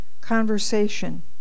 conversation